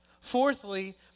Fourthly